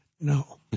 No